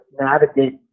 navigate